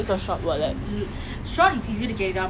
dey I really need a wallet also lah